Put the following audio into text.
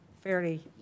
fairly